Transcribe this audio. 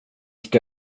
ska